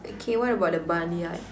okay what about the barnyard